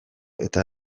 eta